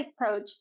approach